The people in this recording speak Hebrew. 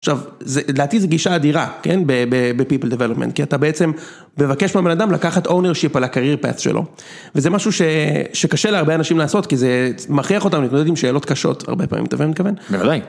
עכשיו, לדעתי זו גישה אדירה, כן? ב people development, כי אתה בעצם מבקש מהבן אדם לקחת ownership על הcarrier path שלו, וזה משהו שקשה להרבה אנשים לעשות, כי זה מכריח אותם להתמודד עם שאלות קשות, הרבה פעמים, אתה מבין מה אני מכוון? בוודאי.